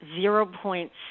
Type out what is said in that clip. zero-point